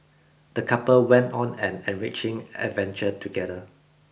the couple went on an enriching adventure together